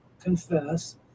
confess